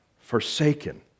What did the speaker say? Forsaken